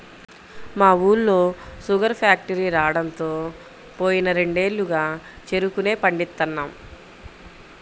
మా ఊళ్ళో sugar factory రాడంతో పోయిన రెండేళ్లుగా చెరుకునే పండిత్తన్నాం